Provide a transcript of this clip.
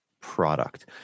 product